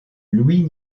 louis